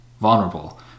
vulnerable